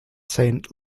saint